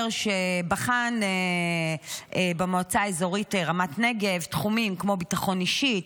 שבחן במועצה אזורית רמת נגב תחומים כמו ביטחון אישי,